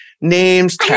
names